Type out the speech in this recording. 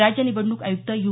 राज्य निवडणूक आयुक्त यू